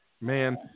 man